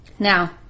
Now